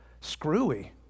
screwy